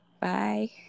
Bye